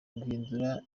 guhindura